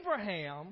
Abraham